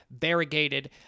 variegated